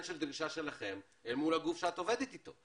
של דרישה שלכם אל מול הגוף שאת עובדת איתו.